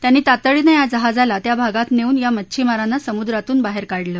त्यांनी तातडीनं या जहाजाला त्या भागात नेऊन या मच्छिमारांना समुद्रातून बाहेर काढलं